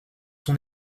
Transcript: son